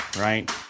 Right